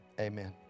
amen